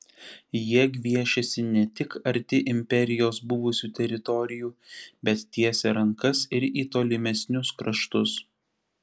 jie gviešiasi ne tik arti imperijos buvusių teritorijų bet tiesia rankas ir į tolimesnius kraštus